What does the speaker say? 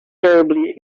terribly